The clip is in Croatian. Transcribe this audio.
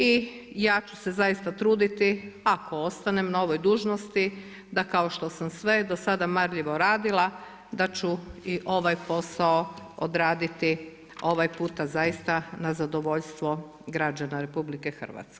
I ja ću se zaista truditi ako ostanem na ovoj dužnosti da kao što sam sve do sada marljivo radila da ću i ovaj posao odraditi ovaj puta zaista na zadovoljstvo građana RH.